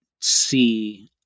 see